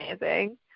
amazing